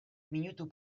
minutu